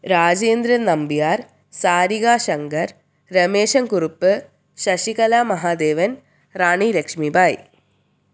Rajendran Nambiar Sarika Shankar Ramesan Kurup Sasikala Mahadevan Rani Lakshmi bhai